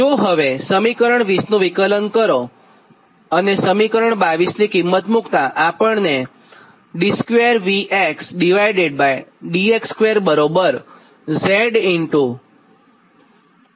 જો હવે સમીકરણ 20 નું વિકલન કરો અને અને સમીકરણ 22 ની કિંમત મુક્તા આપણને d2Vdx2zdIdx